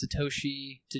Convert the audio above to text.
satoshi